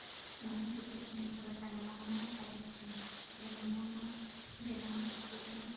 ᱤᱧ ᱦᱚᱸ ᱞᱩᱛᱩᱨ ᱨᱮᱱᱟᱜ ᱤᱧ ᱦᱚᱨᱚᱜ ᱮᱫᱟ ᱱᱟᱣᱟ ᱱᱟᱣᱟ ᱠᱟᱞᱮᱠᱥᱮᱱ ᱱᱟᱣᱟ ᱱᱟᱣᱟ ᱵᱮᱱᱟᱣᱟᱜ ᱞᱩᱛᱩᱨ ᱨᱮᱱᱟᱜ